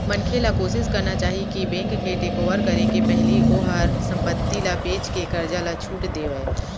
मनखे ल कोसिस करना चाही कि बेंक के टेकओवर करे के पहिली ओहर संपत्ति ल बेचके करजा ल छुट देवय